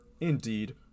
indeed